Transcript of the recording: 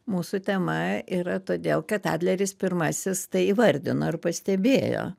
mūsų tema yra todėl kad adleris pirmasis tai įvardino ir pastebėjo